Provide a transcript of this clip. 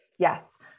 Yes